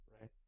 right